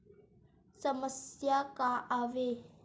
समस्या का आवे?